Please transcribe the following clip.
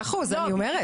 מאה אחוז, אני אומרת.